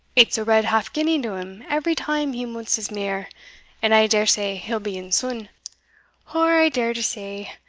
it's a red half-guinea to him every time he munts his mear and i dare say he'll be in sune or i dare to say,